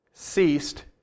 ceased